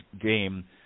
game